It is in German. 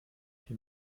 der